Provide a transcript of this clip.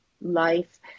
life